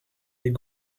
des